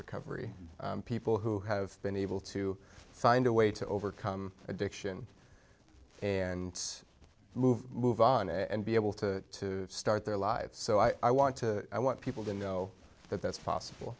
recovery people who have been able to find a way to overcome addiction and move move on and be able to start their lives so i want to i want people to know that that's